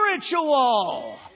spiritual